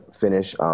finish